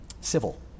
civil